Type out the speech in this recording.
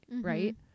Right